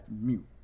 mute